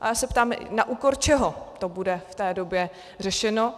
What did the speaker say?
A já se ptám, na úkor čeho to bude v té době řešeno,